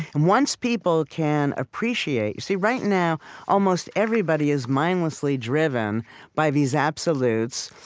and once people can appreciate you see, right now almost everybody is mindlessly driven by these absolutes,